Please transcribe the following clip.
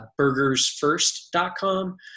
burgersfirst.com